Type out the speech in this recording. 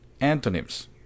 Antonyms